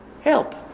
Help